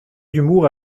d’humour